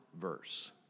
verse